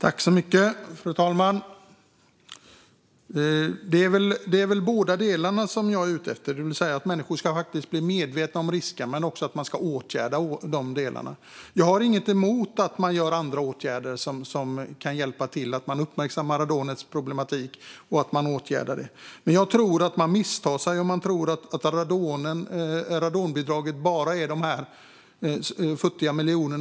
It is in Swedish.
Fru talman! Jag är ute efter båda delarna, det vill säga att människor ska bli medvetna om risken och att problemen ska åtgärdas. Jag har inget emot att man gör andra åtgärder som kan hjälpa till att uppmärksamma problemet med radon och åtgärda det. Jag tror att man misstar sig om man tänker att radonbidraget bara handlar om dessa futtiga miljoner.